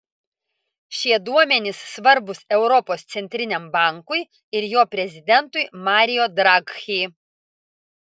šie duomenys svarbūs europos centriniam bankui ir jo prezidentui mario draghi